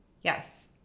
Yes